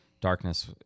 darkness